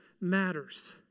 matters